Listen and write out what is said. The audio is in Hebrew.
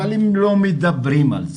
אבל הם לא מדברים על זה,